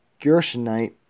Gershonite